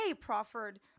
proffered